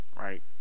right